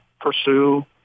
pursue